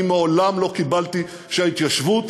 אני מעולם לא קיבלתי שההתיישבות